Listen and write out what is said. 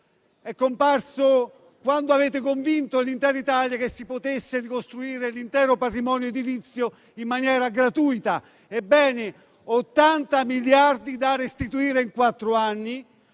testi, quando avete convinto l'Italia che si potesse ricostruire l'intero patrimonio edilizio in maniera gratuita. Ebbene, ci sono 80 miliardi da restituire in quattro anni,